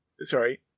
sorry